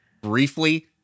briefly